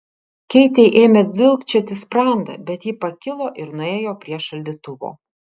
keitei ėmė dilgčioti sprandą bet ji pakilo ir nuėjo prie šaldytuvo